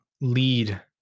lead